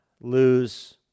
lose